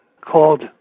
called